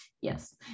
Yes